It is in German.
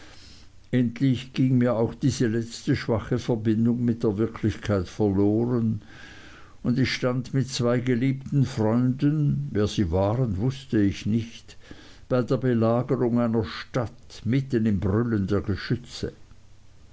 endlich ging mir auch diese letzte schwache verbindung mit der wirklichkeit verloren und ich stand mit zwei geliebten freunden wer sie waren wußte ich nicht bei der belagerung einer stadt mitten im brüllen der geschütze